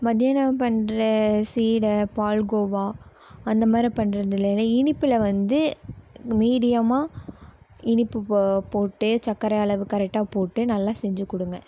மத்தியானம் பண்ற சீடை பால்கோவா அந்த மாதிரி பண்றந்துலேலாம் இனிப்பில் வந்து மீடியமாக இனிப்பு ப போட்டு சக்கரை அளவு கரெக்டாக போட்டு நல்லா செஞ்சுக் கொடுங்க